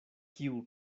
kiu